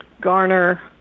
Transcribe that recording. garner